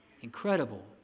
Incredible